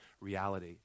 reality